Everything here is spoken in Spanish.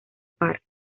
park